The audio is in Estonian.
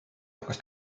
hakkas